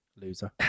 Loser